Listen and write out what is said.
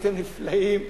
הייתם נפלאים,